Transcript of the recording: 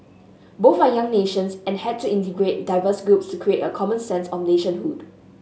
both are young nations and had to integrate diverse groups to create a common sense of nationhood